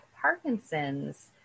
Parkinson's